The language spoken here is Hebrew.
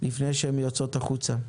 לפני שהן יוצאות החוצה.